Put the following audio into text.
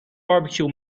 barbecue